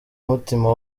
mutima